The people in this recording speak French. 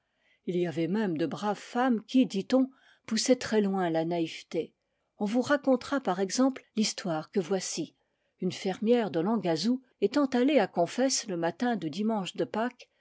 il y avait même de braves femmes qui dit-on poussaient très loin la naïveté on vous racontera par exemple l'histoire que voici une fermière de langazou étant allée à confesse le matin du dimanche de pâques